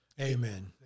Amen